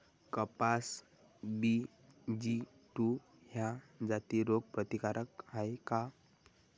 कपास BG two ह्या जाती रोग प्रतिकारक हाये का?